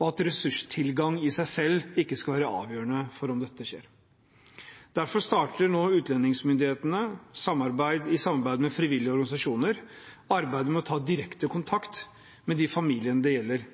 og at ressurstilgang i seg selv ikke skal være avgjørende for om dette skjer. Derfor starter nå utlendingsmyndighetene i samarbeid med frivillige organisasjoner arbeidet med å ta direkte kontakt med de familiene det gjelder.